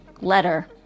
letter